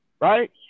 Right